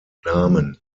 namen